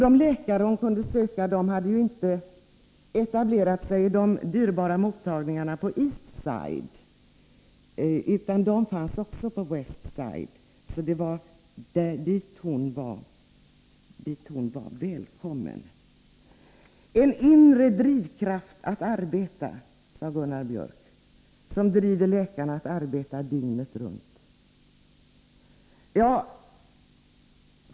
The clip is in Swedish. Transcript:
De läkare hon kunde söka hade inte etablerat sig i de dyrbara mottagningarna på East Side, utan de fanns också på West Side. Det var således dit hon var välkommen. Gunnar Biörck i Värmdö talade om en inre drivkraft som får läkarna att arbeta dygnet runt.